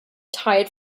tired